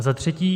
A za třetí.